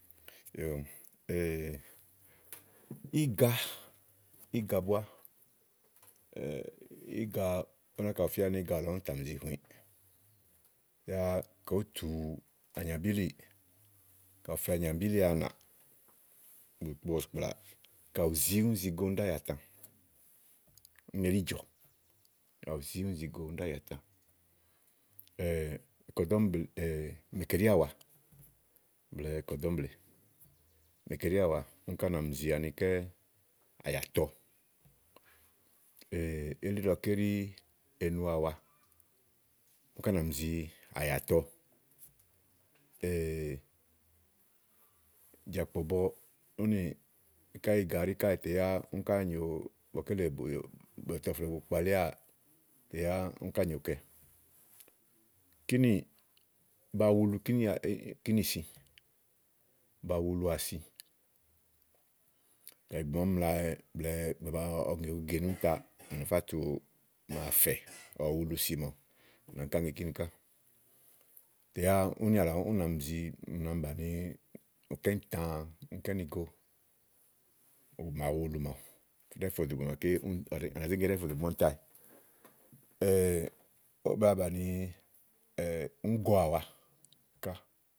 yòoò íga, ígabúá émi náka bù fía ni íga àlɔ únì tà mi zi hũĩ. yáá ka ówó tùu ányàbí líì, ka ànyàbílì anà bu nìkpo bɔ̀sìkplà ka ù zi úni zi go úni ɖí àyàtã. úni ɛɖí jɔ̀ ka ù zi úni zi go úni ɖí àyàtã kɔ̀ɖɔ́ɔ̀mble mèkè ɖíàwa blɛ̀ɛ kɔ̀ ɖɔ́ɔ̀mble, mèkè ɖíàwa úni ká na mi zi ankɛ̀ àyàtɔ elílɔké ɖí enuàwa úni ká nà mi zi àyàtɔ jàkpɔ̀bɔ únì káyi íga ɛɖíì káèè tè yáá úni ká nyòo ígbɔké lèe bùyò, bɔtɔ flòo bu kpalíà tè yáá úni ká nyoòkɛ kínìì, ba wulu kínì si ba wuluà si kayi ìgbè màa úni mlwɛ blɛ̀ɛ ìgbè màa ɔwɔ ŋé ugege nì úni ta tè à nà fá tùu màa fɛ̀ ɔwɔ wulusi màawu à nà áŋká ŋe kíni ká yá únì àlɔ ù nà mi zi, ù nà mi bàni uká íìntã uká ínigo màa wulu màawu ɖɛ́ɛ́ fò dò ìgbè màaké úni ta ówó ba bàni uŋúgo àwa ká.